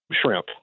shrimp